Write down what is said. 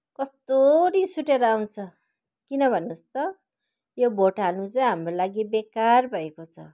कस्तो रिस उठेर आउँछ किन भन्नुहोस् त यो भोट हाल्नु चाहिँ हाम्रो लागि बेकार भएको छ